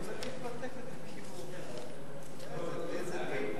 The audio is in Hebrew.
ההצעה לכלול את הנושא בסדר-היום של הכנסת נתקבלה.